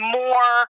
more